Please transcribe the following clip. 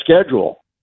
schedule